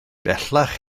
bellach